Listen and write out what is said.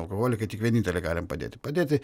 alkoholikai tik vieninteliai galim padėti padėti